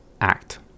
act